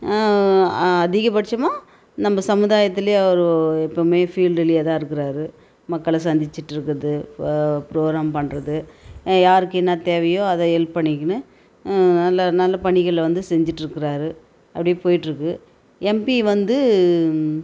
அதிகபட்சமாக நம்ப சமுதாயத்துல அவர் எப்போவுமே ஃபீல்டுலையே தான் இருக்கறார் மக்களை சந்திச்சிட்ருக்கிறது ப்ரோகிராம் பண்ணுறது யாருக்கு என்ன தேவையோ அதை ஹெல்ப் பண்ணிக்கின்னு எல்லாம் நல்ல பணிகளை வந்து செஞ்சிட்டுருக்கறாரு அப்படியே போயிட்டுருக்கு எம்பி வந்து